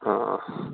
ആ